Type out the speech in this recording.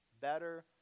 better